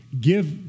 give